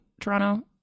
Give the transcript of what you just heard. toronto